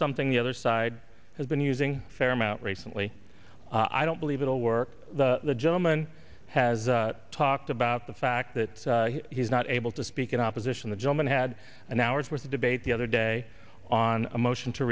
something the other side has been using a fair amount recently i don't believe it will work the gentleman has talked about the fact that he's not able to speak in opposition the gentleman had an hour's worth of debate the other day on a motion to